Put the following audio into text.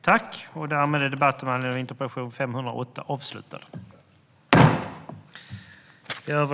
Då Erik Ottoson, som framställt interpellationen, anmält att han var förhindrad att närvara vid sammanträdet förklarade andre vice talmannen överläggningen avslutad.